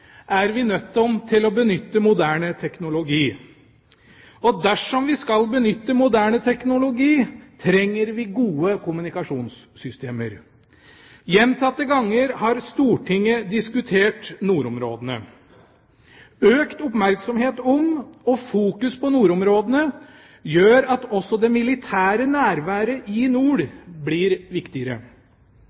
er vi nødt til å benytte moderne teknologi. Og dersom vi skal benytte moderne teknologi, trenger vi gode kommunikasjonssystemer. Gjentatte ganger har Stortinget diskutert nordområdene. Økt oppmerksomhet om og fokus på nordområdene gjør at også det militære nærværet i nord blir viktigere.